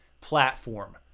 platform